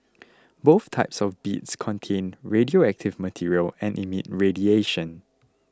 both types of beads contain radioactive material and emit radiation